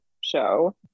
show